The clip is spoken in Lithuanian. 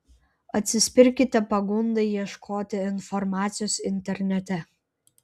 atsispirkite pagundai ieškoti informacijos internete